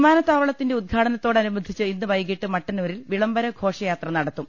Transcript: വിമാനത്താവളത്തിന്റെ ഉദ്ഘാടനത്തോടനുബന്ധിച്ച് ഇന്ന് വൈകീട്ട് മട്ടന്നൂരിൽ വിളംബര ഘോഷയാത്ര നടത്തും